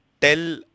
tell